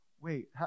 wait